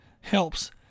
helps